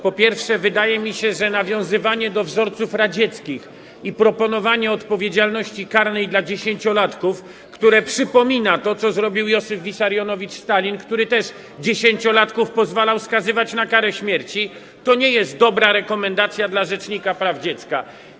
Po pierwsze, wydaje mi się, że nawiązywanie do wzorców radzieckich i proponowanie odpowiedzialności karnej dla 10-latków, które przypomina to, co zrobił Iosif Wissarionowicz Stalin, który też 10-latków pozwalał skazywać na karę śmierci, to nie jest dobra rekomendacja dla rzecznika praw dziecka.